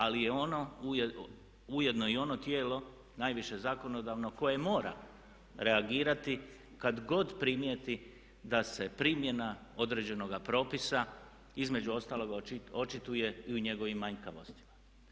Ali je ujedno i ono tijelo najviše zakonodavno koje mora reagirati kad god primijeti da se primjena određenog propisa između ostalog očituje i u njegovim manjkavostima.